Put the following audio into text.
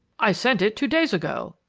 i sent it two days ago!